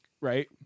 right